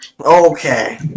Okay